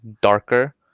darker